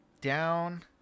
Down